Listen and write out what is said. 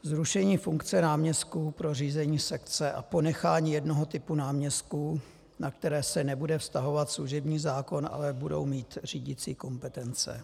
Zrušení funkce náměstků pro řízení sekce a ponechání jednoho typu náměstků, na které se nebude vztahovat služební zákon, ale budou mít řídicí kompetence.